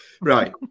Right